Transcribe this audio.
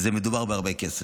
מדובר בהרבה כסף.